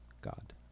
God